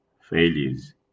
failures